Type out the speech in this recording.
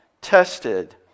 tested